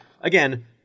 Again